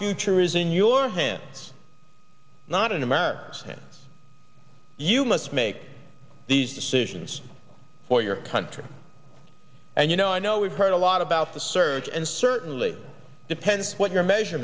future is in your hands not in americans hands you must make these decisions for your country and you know i know we've heard a lot about the surge and certainly depends what your measure